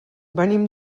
venim